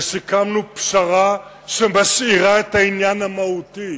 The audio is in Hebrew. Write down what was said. וסיכמנו פשרה שמשאירה את העניין המהותי: